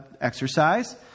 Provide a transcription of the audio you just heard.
exercise